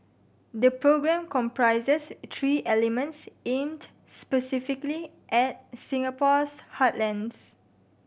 the programme comprises three elements aimed specifically at Singapore's heartlands